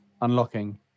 unlocking